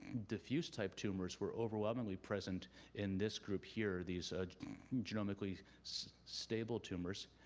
diffused type tumors were overwhelmingly present in this group here. these genomically stable tumors,